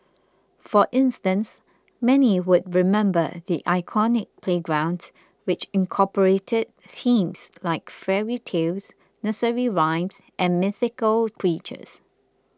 for instance many would remember the iconic playgrounds which incorporated themes like fairy tales nursery rhymes and mythical creatures